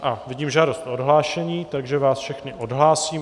A vidím žádost o odhlášení, takže vás všechny odhlásím.